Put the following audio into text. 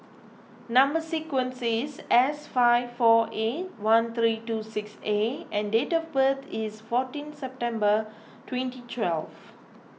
Number Sequence is S five four eight one three two six A and date of birth is fourteen September twenty twelve